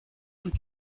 und